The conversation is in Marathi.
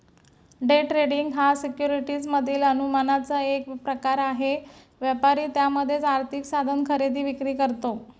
डे ट्रेडिंग हा सिक्युरिटीज मधील अनुमानाचा एक प्रकार आहे, व्यापारी त्यामध्येच आर्थिक साधन खरेदी विक्री करतो